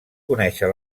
conèixer